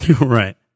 right